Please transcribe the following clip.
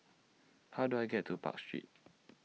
How Do I get to Park Street